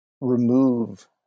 remove